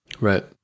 Right